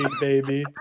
baby